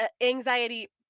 anxiety